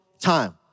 time